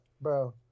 Bro